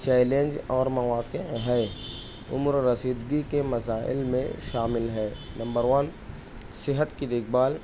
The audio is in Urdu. چیلنج اور مواقع ہے عمررسیدگی کے مسائل میں شامل ہے نمبر ون صحت کی دیکھ بھال